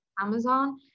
Amazon